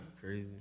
Crazy